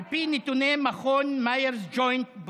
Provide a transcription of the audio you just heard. על פי נתוני מכון מאיירס-ג'וינט-ברוקדייל,